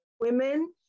women